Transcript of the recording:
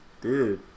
dude